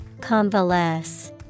Convalesce